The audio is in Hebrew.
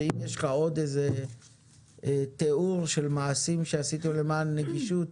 שאם יש לך עוד תיאור של מעשים שעשיתם למען נגישות,